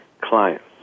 clients